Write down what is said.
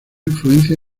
influencia